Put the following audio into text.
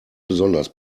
besonders